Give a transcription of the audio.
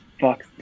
Fuck